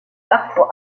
parfois